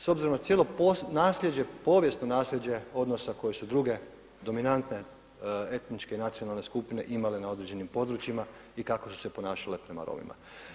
S obzirom na cijelo nasljeđe, povijesno nasljeđe odnosa koje su druge dominantne etničke i nacionalne skupine imale na određenim područjima i kako su se ponašale prema Romima.